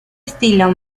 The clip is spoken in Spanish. estilo